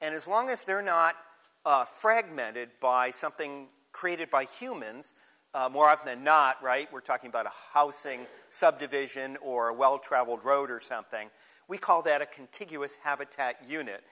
and as long as they're not fragmented by something created by humans more often than not right we're talking about a hollow sing subdivision or a well traveled road or something we call that a contiguous habitat unit